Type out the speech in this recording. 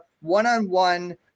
one-on-one